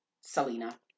selena